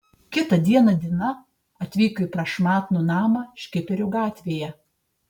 kitą dieną dina atvyko į prašmatnų namą škiperių gatvėje